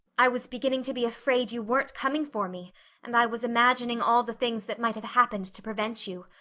i was beginning to be afraid you weren't coming for me and i was imagining all the things that might have happened to prevent you.